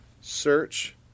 search